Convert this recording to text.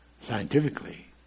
scientifically